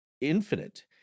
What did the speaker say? infinite